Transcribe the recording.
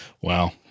Wow